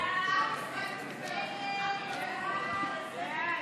ההסתייגות לא התקבלה.